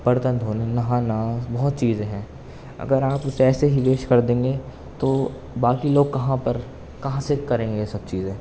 برتن دھونے نہانا بہت چیزیں ہیں اگر آپ اسے ایسے ہی ویسٹ کر دیں گے تو باقی لوگ کہاں پر کہاں سے کریں گے یہ سب چیزیں